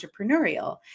entrepreneurial